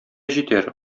җитәр